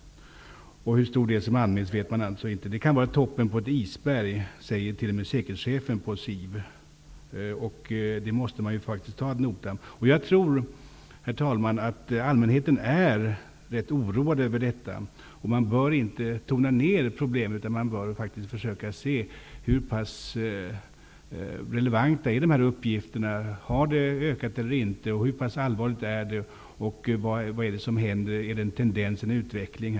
Hur stor del som anmäls vet man alltså inte. T.o.m. säkerhetschefen på SIV säger att de incidenter som anmäls skulle kunna utgöra toppen på ett isberg. Detta måste man ta ad notam. Jag tror, herr talman, att allmänheten är rätt oroad över dessa tendenser. Man bör inte tona ned problemet, utan i stället försöka ta reda på hur relevanta dessa uppgifter är. Har våldet ökat, eller har det inte? Hur allvarligt är det? Är det en tendens, en utveckling?